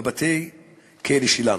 בבתי-הכלא שלנו.